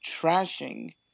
trashing